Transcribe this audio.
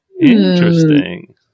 Interesting